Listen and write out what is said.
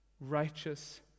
righteous